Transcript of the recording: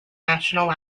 national